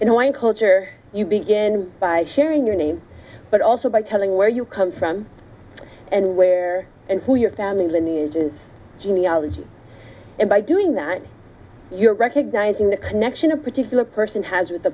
in the wind culture you begin by sharing your name but also by telling where you come from and where and who your family lineage is genealogy and by doing that you're recognizing the connection a particular person has with the